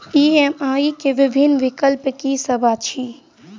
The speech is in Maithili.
ई.एम.आई केँ विभिन्न विकल्प की सब अछि